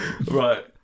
Right